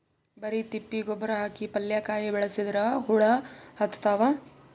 ಬರಿ ತಿಪ್ಪಿ ಗೊಬ್ಬರ ಹಾಕಿ ಪಲ್ಯಾಕಾಯಿ ಬೆಳಸಿದ್ರ ಹುಳ ಹತ್ತತಾವ?